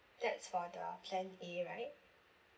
that's for the plan A right